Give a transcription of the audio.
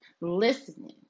listening